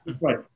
Right